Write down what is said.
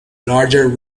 larger